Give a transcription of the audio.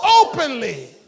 openly